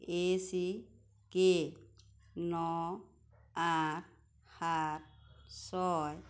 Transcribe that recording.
এ চি কে ন আঠ সাত ছয়